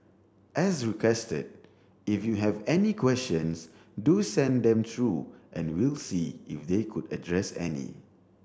as requested if you have any questions do send them through and we'll see if they could address any